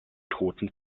toten